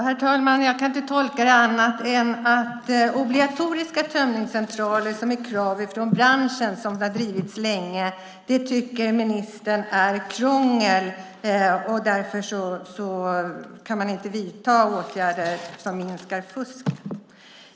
Herr talman! Jag kan inte tolka det på annat sätt än att obligatoriska tömningscentraler, som är det krav från branschen som har drivits länge, tycker ministern är krångel och därför kan man inte vidta åtgärder som minskar fusket.